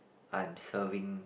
I'm serving